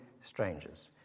strangers